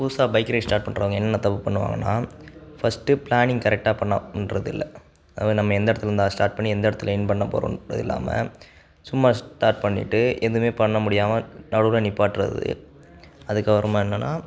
புதுசாக bike ride start பண்ணுறவங்க என்னென்ன தப்பு பண்ணுவாங்கன்னா ஃபர்ஸ்ட்டு ப்ளானிங் கரெக்டாக பண்ணணும் அப்படின்றது இல்லை அதுவே நம்ம எந்த இடத்துல இருந்து ஸ்டார்ட் பண்ணி எந்த இடத்துல எண்டு பண்ண போறோம்ன்றது இல்லாமல் சும்மா ஸ்டார்ட் பண்ணிவிட்டு எதுவுமே பண்ண முடியாமல் நடுவில் நிற்பாட்றது அதுக்கு அப்புறமா என்னென்ன